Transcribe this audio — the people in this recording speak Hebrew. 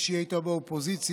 כשהיא הייתה באופוזיציה,